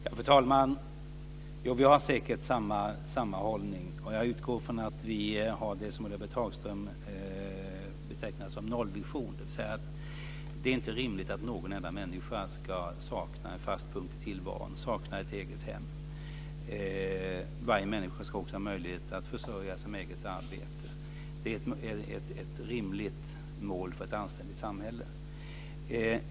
Fru talman! Vi har säkert samma hållning, och jag utgår från att vi har det som Ulla-Britt Hagström betecknar som nollvision, dvs. att det inte är rimligt att någon enda människa ska sakna en fast punkt i tillvaron, sakna ett eget hem. Varje människa ska också ha möjlighet att försörja sig med eget arbete. Det är ett rimligt mål för ett anständigt samhälle.